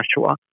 Joshua